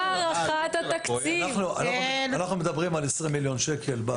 אנחנו מדברים על 20 מיליון שקל.